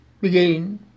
begin